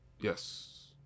Yes